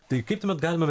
tai kaip tuomet galima